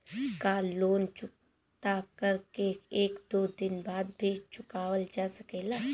का लोन चुकता कर के एक दो दिन बाद भी चुकावल जा सकेला?